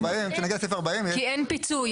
כשנגיע לסעיף 40. כי אין פיצוי.